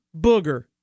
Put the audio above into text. booger